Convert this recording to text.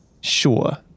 sure